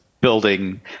building